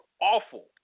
awful